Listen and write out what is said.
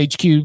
hq